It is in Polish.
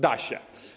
Da się.